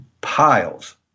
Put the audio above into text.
piles